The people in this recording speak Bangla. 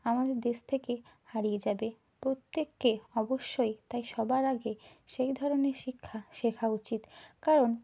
আমাদের দেশ থেকে হারিয়ে যাবে প্রত্যেককে অবশ্যই তাই সবার আগে সেই ধরনের শিক্ষা শেখা উচিত কারণ